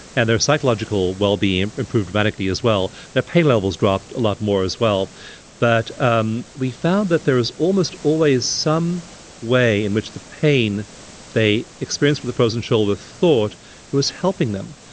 and their psychological wellbeing improved dramatically, as well. their pain levels dropped a lot more, as well but um we found that there was almost always some way in which the pain they experienced with the frozen shoulder thought it was helping them,